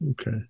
Okay